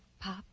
Pop